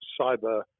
cyber